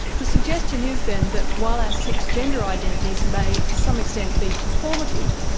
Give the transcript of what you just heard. the suggestion is then that while our sex gender identities may, to some extent, be performative,